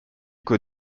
qu’au